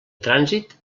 trànsit